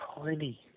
tiny